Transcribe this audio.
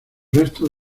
restos